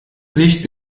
sich